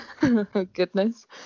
Goodness